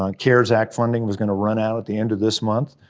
um cares act funding was gonna run out at the end of this month.